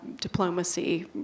diplomacy